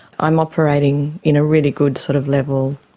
i'm operating in a really good sort of level,